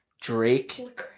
Drake